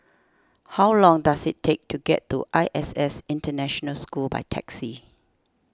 how long does it take to get to I S S International School by taxi